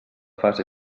fase